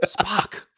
Spock